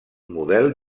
model